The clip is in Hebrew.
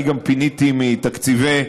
אני גם פיניתי מתקציבי משרדי,